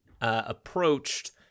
approached